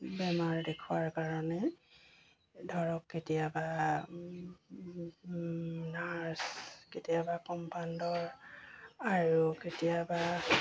বেমাৰ দেখুৱাৰ কাৰণে ধৰক কেতিয়াবা নাৰ্ছ কেতিয়াবা কম্পাউণ্ডৰ আৰু কেতিয়াবা